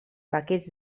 paquets